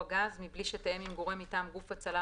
גז מבלי שתיאם עם גורם מטעם גוף הצלה,